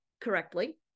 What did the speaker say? correctly